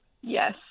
yes